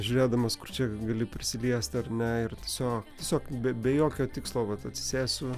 žiūrėdamas kur čia gali prisiliesti ar ne ir tiesiog tiesiog be be jokio tikslo vat atsisėsiu